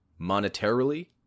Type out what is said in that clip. monetarily